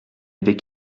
avait